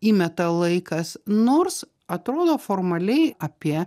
įmeta laikas nors atrodo formaliai apie